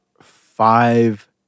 five